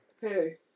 Hey